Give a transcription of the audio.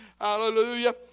Hallelujah